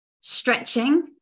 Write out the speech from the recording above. stretching